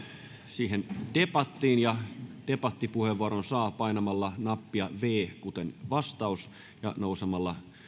siihen debattiin debattipuheenvuoron saa painamalla nappia viiden kuten vastaus ja nousemalla